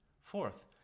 Fourth